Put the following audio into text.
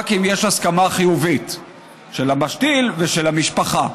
אם יש הסכמה חיובית של המשתיל ושל המשפחה.